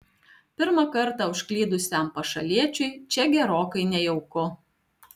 pirmą kartą užklydusiam pašaliečiui čia gerokai nejauku